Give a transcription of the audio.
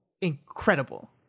incredible